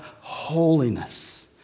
holiness